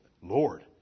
Lord